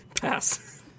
Pass